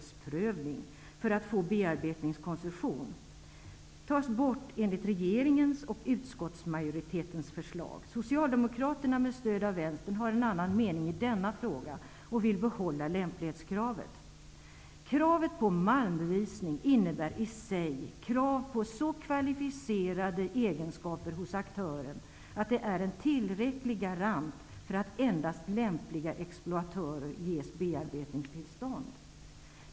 Socialdemokraterna med stöd av vänstern har en annan mening i denna fråga och vill behålla lämplighetskravet. Kravet på malmbevisning innebär i sig krav på så kvalificerade egenskaper hos aktören att det är en tillräcklig garanti för att endast lämpliga exploatörer ges bearbetningstillstånd.